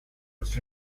was